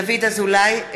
(קוראת בשמות חברי הכנסת) דוד אזולאי,